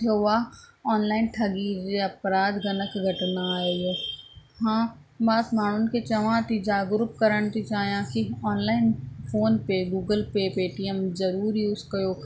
थियो आहे ऑनलाइन ठगी जे अपराध जनक घटना आहे इहा हा मां त माण्हुनि खे चवां थी जागरुक करण थी चाहियां की online PhonePe Google Pay Paytm ज़रूरु यूस कयो